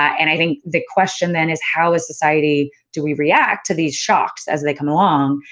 and i think the question, then, is how is society, do we react to these shocks as they come along?